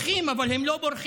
מבריחים, אבל הם לא בורחים.